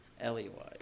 L-E-Y